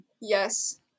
yes